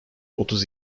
otuz